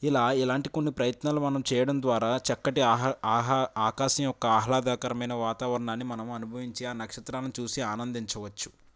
ఇలా ఇలాంటి కొన్ని ప్రయత్నాలు మనం చేయడం ద్వారా చక్కటి ఆహ ఆకాశం యొక్క ఆహ్లాదకరమైన వాతావరణాన్ని మనం అనుభవించి ఆ నక్షత్రాలను చూసి ఆనందించవచ్చు